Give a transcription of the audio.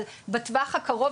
אבל בטווח הקרוב